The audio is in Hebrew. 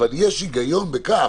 אבל יש היגיון בכך